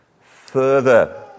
further